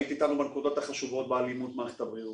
היית אתנו בנקודות החשובות במאבק נגד האלימות במערכת הבריאות,